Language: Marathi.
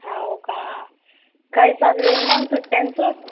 हो का काय चालू आहे मग सुट्ट्यांचं